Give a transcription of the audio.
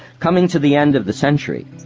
coming to the end of the century,